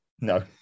No